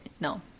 no